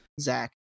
Zach